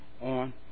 on